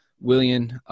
William